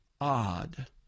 odd